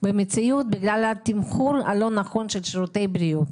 במציאות בגלל התמחור הלא נכון של שירותי בריאות.